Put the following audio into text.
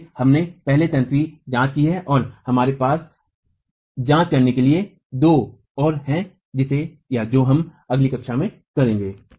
इसलिए हमने पहले तंत्र की जांच की है और हमारे पास जांच करने के लिए दो और हैं जो हम अगली कक्षा में करेंगे